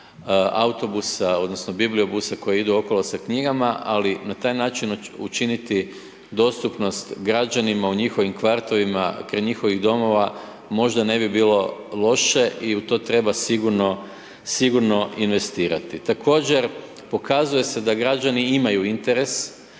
autobusa odnosno bibliobusa koji idu okolo sa knjigama, ali na taj način učiniti dostupnost građanima u njihovim kvartovima kraj njihovih domova možda ne bi bilo loše i u to treba sigurno investirati. Također pokazuje se da građanima imaju interes